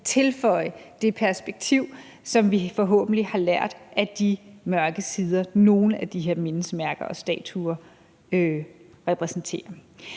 tilføje det perspektiv, som vi forhåbentlig har lært af de mørke sider, som nogle af de her mindesmærker og statuer repræsenterer.